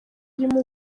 irimo